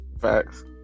Facts